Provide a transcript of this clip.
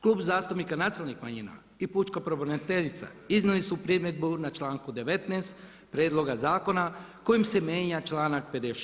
Klub zastupnika nacionalnih manjina i pučka pravobraniteljica iznijeli su primjedbu na članak 19. prijedloga zakona kojim se mijenja članak 56.